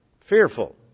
fearful